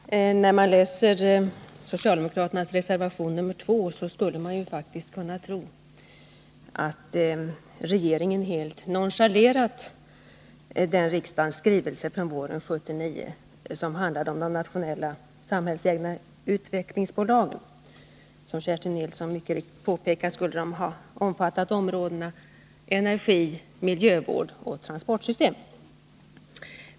Herr talman! När man läser socialdemokraternas reservation nr 2, skulle man faktiskt kunna tro att regeringen helt nonchalerat den riksdagens skrivelse från våren 1979 som handlade om de nationella samhällsägda utvecklingsbolagen. Som Kerstin Nilsson mycket riktigt påpekar, skulle de ha omfattat områdena energi, miljövård och transportsystem.